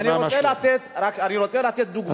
אני רוצה לתת דוגמה, תשמע משהו.